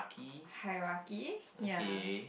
hierarchy ya